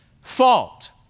fault